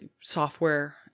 software